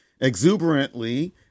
exuberantly